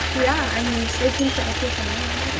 yeah, i mean, stay tuned for updates on that.